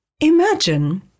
Imagine